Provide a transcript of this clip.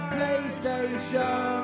PlayStation